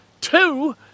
two